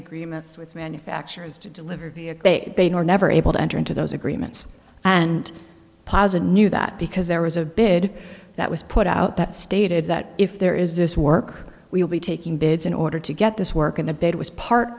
agreements with manufacturers to deliver via they were never able to enter into those agreements and pozza knew that because there was a bid that was put out that stated that if there is this work we'll be taking bids in order to get this work in the bid was part